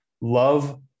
Love